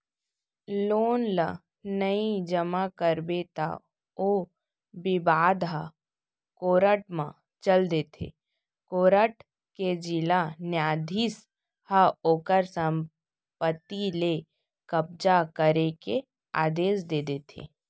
loan ल नइ जमा करबे त ओ बिबाद ह कोरट म चल देथे कोरट के जिला न्यायधीस ह ओखर संपत्ति ले कब्जा करे के आदेस दे देथे